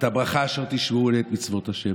את הברכה אשר תשמעו לעת מצוות השם.